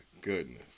goodness